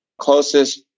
closest